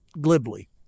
glibly